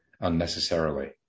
unnecessarily